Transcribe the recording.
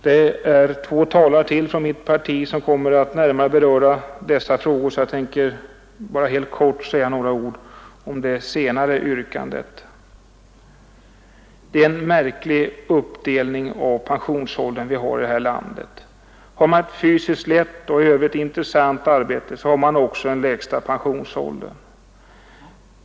Det är ytterligare två talare från mitt parti som kommer att närmare beröra dessa frågor, så jag tänker bara helt kort säga några ord om det senare yrkandet. Det är en märklig uppdelning av pensionsåldern vi har här i landet. Har man ett fysiskt lätt och i övrigt intressant arbete så har man också den lägsta pensionsåldern.